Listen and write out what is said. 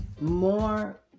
more